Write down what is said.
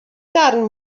darn